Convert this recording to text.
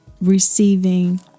receiving